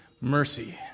mercy